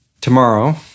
tomorrow